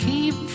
Keep